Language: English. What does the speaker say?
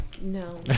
No